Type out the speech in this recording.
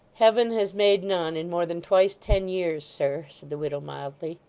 heaven has made none in more than twice ten years, sir said the widow mildly.